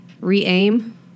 re-aim